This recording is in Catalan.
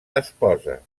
esposes